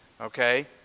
okay